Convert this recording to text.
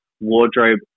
wardrobe